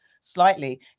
slightly